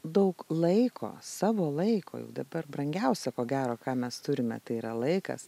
daug laiko savo laiko juk dabar brangiausia ko gero ką mes turim tai yra laikas